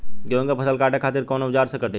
गेहूं के फसल काटे खातिर कोवन औजार से कटी?